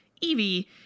Evie